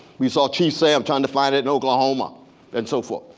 we saw chief sam trying to find it in oklahoma and so forth,